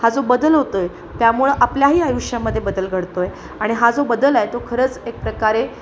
हा जो बदल होतो आहे त्यामुळे आपल्याही आयुष्यामध्ये बदल घडतो आहे आणि हा जो बदल आहे तो खरंच एक प्रकारे